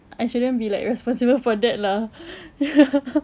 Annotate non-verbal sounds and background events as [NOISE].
I shouldn't be like responsible for that lah [BREATH] ya